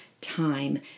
time